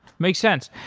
makes sense.